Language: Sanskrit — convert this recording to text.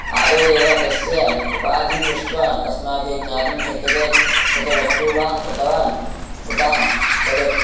आदौ एव तस्य उपाधिं दृष्ट्वा अस्माभिः ज्ञातुं शक्यते स च वस्तु वा उत वा उत तद्